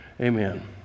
Amen